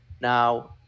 now